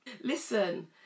Listen